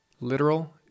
literal